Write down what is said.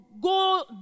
go